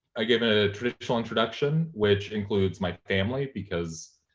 i give a traditional introduction, which includes my family because